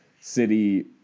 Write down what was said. City